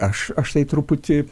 aš aš tai truputį